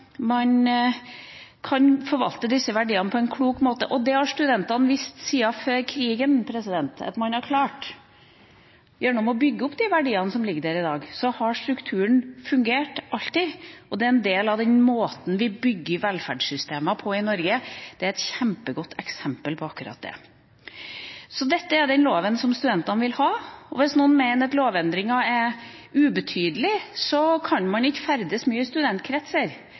har studentene vist siden før krigen at man har klart. Gjennom å bygge opp de verdiene som ligger der i dag, har strukturen alltid fungert. Det er en del av den måten vi bygger velferdssystemer på i Norge. Dette er et kjempegodt eksempel på akkurat det. Dette er den loven som studentene vil ha. Og hvis noen mener at lovendringa er ubetydelig, kan man ikke ferdes mye